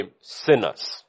sinners